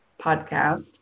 podcast